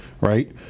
Right